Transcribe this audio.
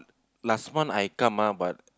last one I come ah but